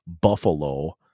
Buffalo